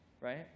right